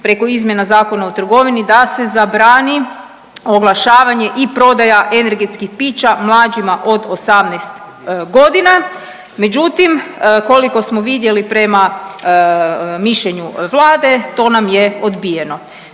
preko izmjena Zakona o trgovini da se zabrani oglašavanje i prodaja energetskih pića mlađima od 18 godina. Međutim, koliko smo vidjeli prema mišljenju Vlade to nam je odbijeno.